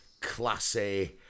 classy